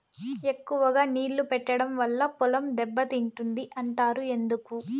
ఎక్కువగా నీళ్లు పెట్టడం వల్ల పొలం దెబ్బతింటుంది అంటారు ఎందుకు?